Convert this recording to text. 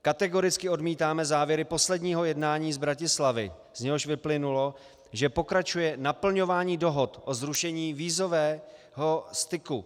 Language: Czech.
Kategoricky odmítáme závěry posledního jednání z Bratislavy, z něhož vyplynulo, že pokračuje naplňování dohod o zrušení vízového styku.